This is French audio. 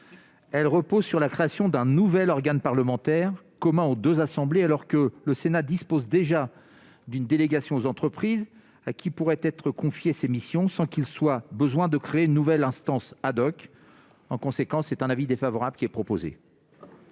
elle repose sur la création d'un nouvel organe parlementaire commun aux 2 assemblées, alors que le Sénat dispose déjà d'une délégation d'entreprises qui pourrait être confié ces missions sans qu'il soit besoin de créer une nouvelle instance ad-hoc en conséquence c'est un avis défavorable qui est proposé.